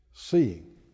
Seeing